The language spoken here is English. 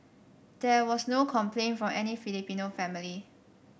there was no complaint from any Filipino family